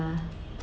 uh